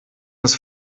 das